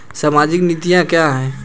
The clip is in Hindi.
सामाजिक नीतियाँ क्या हैं?